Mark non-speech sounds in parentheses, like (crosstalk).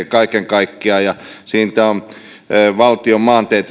(unintelligible) kaiken kaikkiaan ja siitä on valtion maanteitä